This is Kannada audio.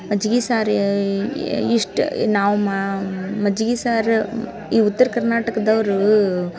ಮಜ್ಗೆ ಸಾರು ಇಷ್ಟು ನಾವು ಮಜ್ಗೆ ಸಾರು ಈ ಉತ್ತರ ಕರ್ನಾಟಕದವರು